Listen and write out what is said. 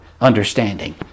understanding